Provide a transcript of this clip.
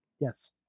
Yes